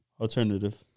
Alternative